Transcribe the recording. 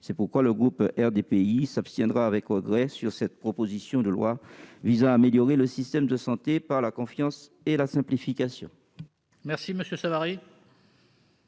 C'est pourquoi le groupe RDPI s'abstiendra, à regret, sur cette proposition de loi visant à améliorer le système de santé par la confiance et la simplification. La parole est à M.